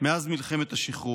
מאז מלחמת השחרור.